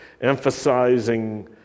emphasizing